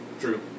True